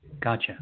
Gotcha